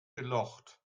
gelocht